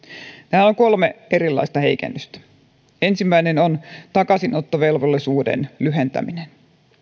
täällä on kolme erilaista heikennystä ensimmäinen on takaisinottovelvollisuuden lyhentäminen